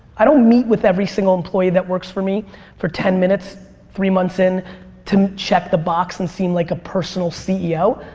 i don't meet with every single employee that works for me for ten minutes three months in to check the box and seem like a personal ceo.